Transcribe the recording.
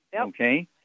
Okay